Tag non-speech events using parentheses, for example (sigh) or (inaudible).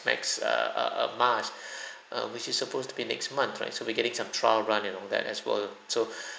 max err err err march (breath) err which is supposed to be next month right so we're getting some trial run and all that as well so (breath)